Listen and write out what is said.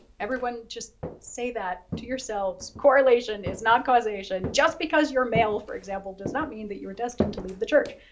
everyone just say that to yourselves, correlation is not causation. just because you're male, for example, does not mean that you're destined to leave the church.